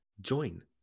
join